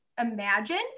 imagine